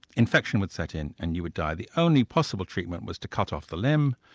infection would set in and you would die. the only possible treatment was to cut off the limb.